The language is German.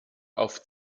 auf